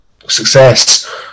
success